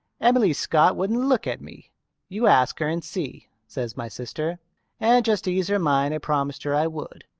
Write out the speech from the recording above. emily scott wouldn't look at me you ask her and see says my sister and just to ease her mind i promised her i would.